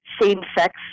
same-sex